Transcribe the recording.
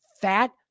fat